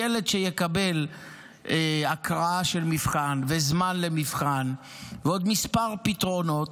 ילד שיקבל הקראה של מבחן וזמן למבחן ועוד כמה פתרונות,